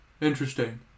Interesting